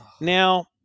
Now